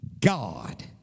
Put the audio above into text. God